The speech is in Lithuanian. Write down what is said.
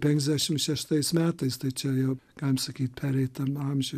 penkiasdešimt šeštais metais tai čia jau galim sakyt pereitam amžiuj